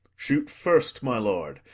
shoot first, my lord,